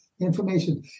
information